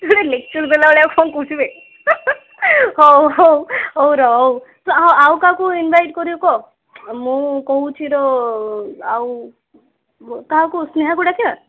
lecture ଦେଲା ଭଳିଆ କ'ଣ କହୁଛୁ ବେ ହଉ ହଉ ହଉ ରହ ହଉ ଆଉ କାହାକୁ ଇନଭାଇଟ୍ କରିବୁ କହ ମୁଁ କହୁଛି ରହ ଆଉ କାହାକୁ ସ୍ନେହାକୁ ଡାକିବା